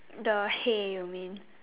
the hay you mean